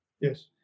Yes